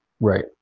Right